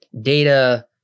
data